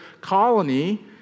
colony